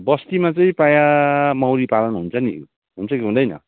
बस्तीमा चाहिँ प्रायः मौरी पालन हुन्छ नि हुन्छ कि हुँदैन